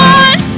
one